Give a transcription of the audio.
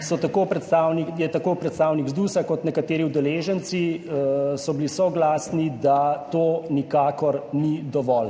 tako predstavnik ZDUS kot nekateri udeleženci soglasni, da to nikakor ni dovolj.